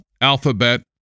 Alphabet